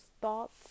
thoughts